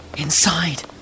inside